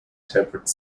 temperate